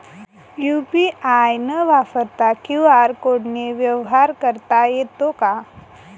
UPI न वापरता QR कोडने व्यवहार करता येतो का?